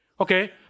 Okay